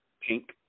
pink